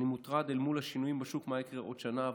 אני מוטרד אל מול השינויים בשוק ממה שיקרה בעוד שנה,